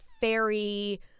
fairy